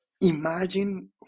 Imagine